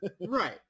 right